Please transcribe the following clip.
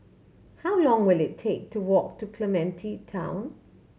how long will it take to walk to Clementi Town